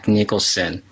Nicholson